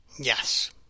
Yes